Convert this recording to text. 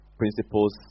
principles